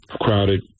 crowded